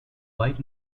light